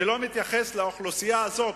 לא מתייחס לאוכלוסייה הזאת,